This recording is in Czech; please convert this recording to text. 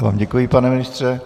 Já vám děkuji, pane ministře.